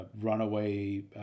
runaway